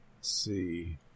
see